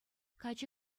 каччӑ